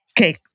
Okay